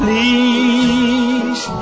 Please